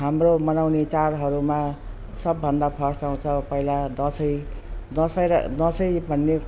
हाम्रो मनाउने चाडहरूमा सबभन्दा फर्स्ट आउँछ पहिला दसैँ दसैँ दसैँ भन्ने